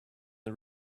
and